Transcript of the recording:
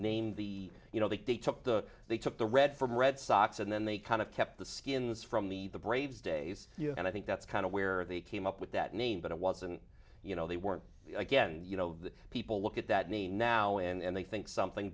name the you know the de took the they took the red from red sox and then they kind of kept the skins from the the braves days and i think that's kind of where they came up with that name but it wasn't you know they were again you know people look at that me now and they think something